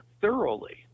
thoroughly